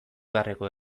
beharreko